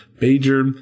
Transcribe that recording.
major